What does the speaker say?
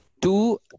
two